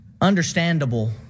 understandable